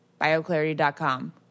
Bioclarity.com